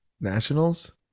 nationals